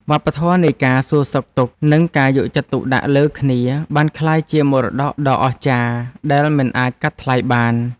វប្បធម៌នៃការសួរសុខទុក្ខ និងការយកចិត្តទុកដាក់លើគ្នា បានក្លាយជាមរតកដ៏អស្ចារ្យដែលមិនអាចកាត់ថ្លៃបាន។